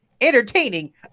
entertaining